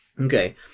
okay